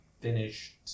finished